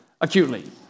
acutely